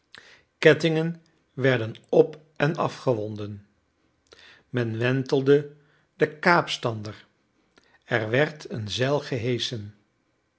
kettingen werden op en afgewonden men wentelde den kaapstander er werd een zeil geheschen